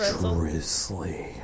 drizzly